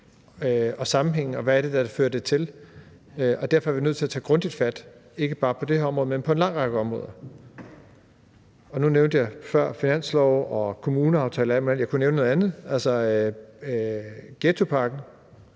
sammenhængen, og hvad det var, der førte til det. Derfor er vi nødt til at tage grundigt fat, ikke bare på det her område, men på en lang række områder. Nu nævnte jeg før finanslove og kommuneaftaler og alt muligt andet. Jeg kunne nævne noget andet: ghettopakken